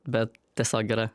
bet tiesiog yra